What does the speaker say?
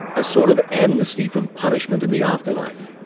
a sort of amnesty from punishment in the afterlife,